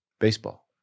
Baseball